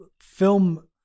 film